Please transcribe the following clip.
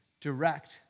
direct